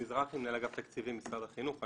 דודי מזרחי, מנהל אגף תקציבים, משרד החינוך.